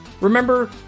Remember